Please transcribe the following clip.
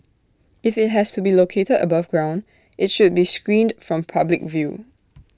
if IT has to be located above ground IT should be screened from public view